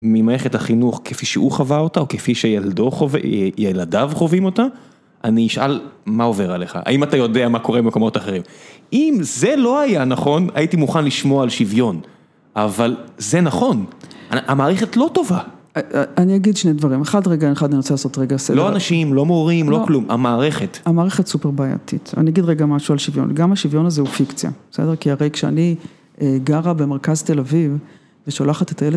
ממערכת החינוך כפי שהוא חווה אותה, או כפי שילדיו חווים אותה, אני אשאל, מה עובר עליך? האם אתה יודע מה קורה במקומות אחרים? אם זה לא היה נכון, הייתי מוכן לשמוע על שוויון. אבל זה נכון. המערכת לא טובה. אני אגיד שני דברים, אחד רגע, אני רוצה לעשות רגע סדר. לא אנשים, לא מורים, לא כלום, המערכת. המערכת סופר בעייתית. אני אגיד רגע משהו על שוויון, גם השוויון הזה הוא פיקציה. בסדר? כי הרי כשאני גרה במרכז תל אביב, ושולחת את הילד שלי,